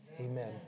Amen